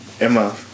Emma